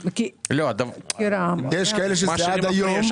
יש כאלה שזה עד היום.